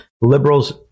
liberals